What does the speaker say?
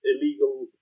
illegal